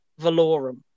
Valorum